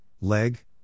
Leg